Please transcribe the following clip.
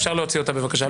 אפשר להוציא אותה, בבקשה.